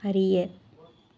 அறிய